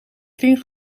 kring